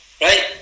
Right